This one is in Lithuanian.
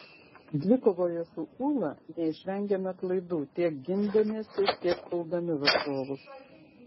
dvikovoje su ūla neišvengėme klaidų tiek gindamiesi tiek puldami varžovus